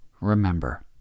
remember